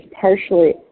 partially